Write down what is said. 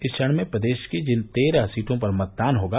इस चरण में प्रदेश की जिन तेरह सीटों पर मतदान होगा